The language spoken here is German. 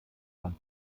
fand